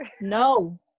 No